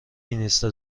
اینستا